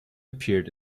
appeared